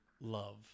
love